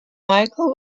michael